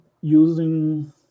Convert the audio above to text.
using